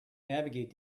navigate